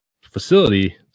facility